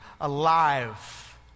alive